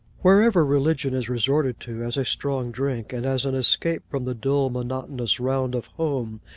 wherever religion is resorted to, as a strong drink, and as an escape from the dull monotonous round of home,